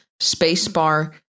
spacebar